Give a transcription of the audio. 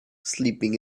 sleeping